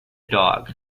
dog